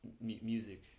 music